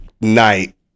night